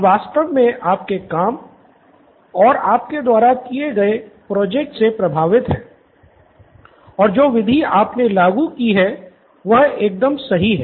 हम वास्तव में आपके काम और आपके द्वारा किए गए प्रोजेक्ट से प्रभावित हैं और जो विधि आपने लागू की है वह एकदम सही है